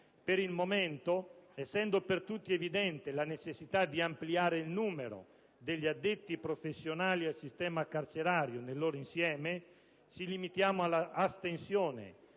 Per il momento, essendo per tutti evidente la necessità di ampliare il numero degli addetti professionali al sistema carcerario nel loro insieme, ci limitiamo all'astensione,